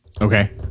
Okay